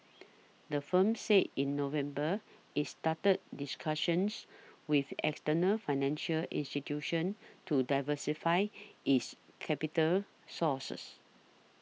the firm said in November it's started discussions with external financial institutions to diversify its capital sources